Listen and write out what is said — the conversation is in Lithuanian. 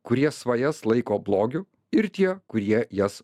kurie svajas laiko blogiu ir tie kurie jas